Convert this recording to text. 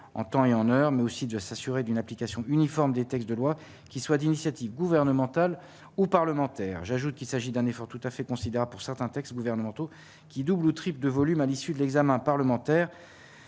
en temps et en heure, mais aussi de s'assurer d'une application uniforme des textes de loi qui soit d'initiative gouvernementale ou parlementaire, j'ajoute qu'il s'agit d'un effort tout à fait considérable pour certains textes gouvernementaux qui doublent ou triplent de volume à l'issue de l'examen parlementaire